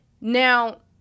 Now